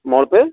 موڑ پہ